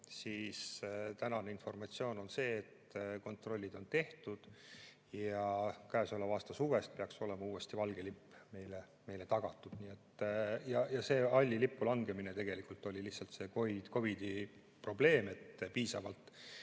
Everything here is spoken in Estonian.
siis tänane informatsioon on see, et kontrollid on tehtud ja käesoleva aasta suvest peaks olema uuesti valge lipp meile tagatud. See halli lippu langemine tegelikult oli lihtsalt COVID-i probleem, et piisavalt